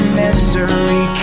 mystery